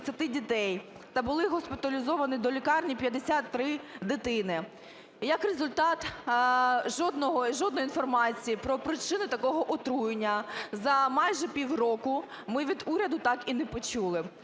та були госпіталізовані до лікарні 53 дитини. Як результат, жодної інформації про причини такого отруєння за майже півроку ми від уряду так і не почули.